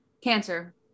Cancer